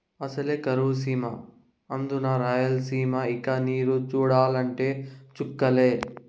అసలే కరువు సీమ అందునా రాయలసీమ ఇక నీరు చూడాలంటే చుక్కలే